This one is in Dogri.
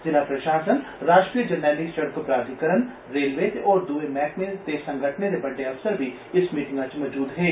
जिला प्रषासन राश्ट्रीय रजनैली सड़क प्राधिकरण रेलवे ते होर दुए मैहकमें ते संगठनें दे बड़डे अफसर बी इस मीटिंगा च मजूद हे